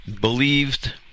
believed